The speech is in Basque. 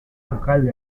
sukalde